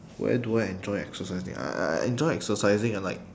where do I enjoy exercising I I I enjoy exercising at like